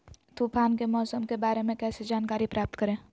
तूफान के मौसम के बारे में कैसे जानकारी प्राप्त करें?